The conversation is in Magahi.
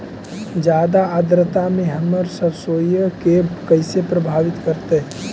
जादा आद्रता में हमर सरसोईय के कैसे प्रभावित करतई?